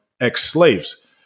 ex-slaves